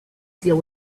deal